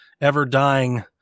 ever-dying